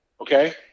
Okay